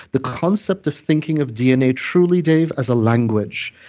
the concept of thinking of dna truly, dave as a language.